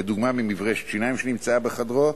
לדוגמה ממברשת השיניים שנמצאה בחדרו,